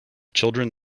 children